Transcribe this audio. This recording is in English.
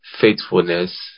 faithfulness